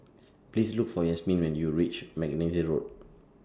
Please Look For Yasmine when YOU REACH Mackenzie Road